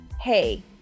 Hey